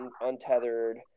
untethered